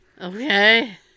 Okay